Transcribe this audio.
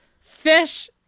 fish